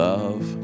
Love